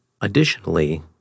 Additionally